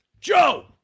Joe